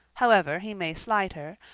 however he may slight her,